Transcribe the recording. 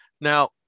Now